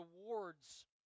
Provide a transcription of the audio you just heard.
rewards